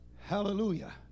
Hallelujah